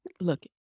Look